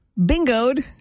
bingoed